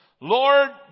Lord